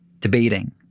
debating